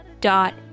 dot